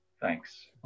thanks